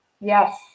Yes